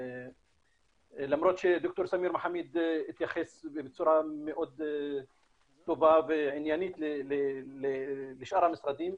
למרות שד"ר סמיר מחמיד התייחס בצורה מאוד טובה ועניינית לשאר המשרדים.